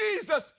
Jesus